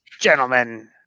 gentlemen